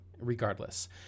regardless